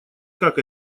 как